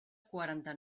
quaranta